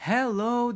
Hello